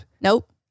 Nope